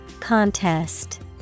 Contest